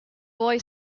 boy